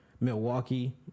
milwaukee